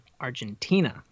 Argentina